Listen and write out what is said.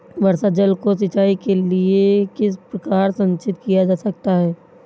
वर्षा जल को सिंचाई के लिए किस प्रकार संचित किया जा सकता है?